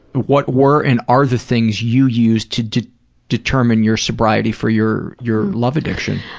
what were and are the things you used to to determine your sobriety for your your love addiction?